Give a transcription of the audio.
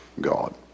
God